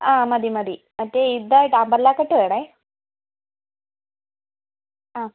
ആ മതി മതി മറ്റേ ഇതായിട്ട് അംബ്രല്ല കട്ട് വേണേ ആ